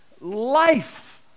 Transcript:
life